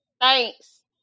Thanks